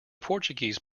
portuguese